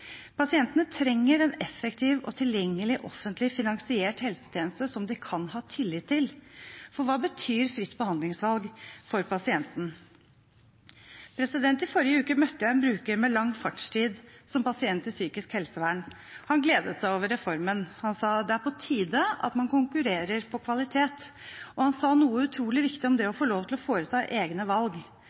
Pasientene trenger en effektiv og tilgjengelig offentlig finansiert helsetjeneste som de kan ha tillit til. For hva betyr fritt behandlingsvalg for pasienten? I forrige uke møtte jeg en bruker med lang fartstid som pasient i psykisk helsevern. Han gledet seg over reformen. Han sa at det er på tide at man konkurrerer på kvalitet. Og han sa noe utrolig viktig om det å få lov til å foreta egne valg.